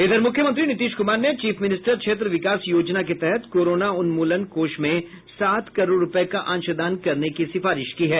इधर मुख्यमंत्री नीतीश कुमार ने चीफ मिनिस्टर क्षेत्र विकास योजना के तहत कोरोना उन्मूलन कोष में सात करोड़ रुपये का अंशदान करने का सिफारिश की है